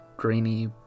grainy